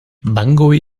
bangui